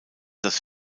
das